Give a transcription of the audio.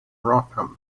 rotherham